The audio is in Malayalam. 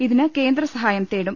ഇതിന് കേന്ദ്രസഹായം തേടും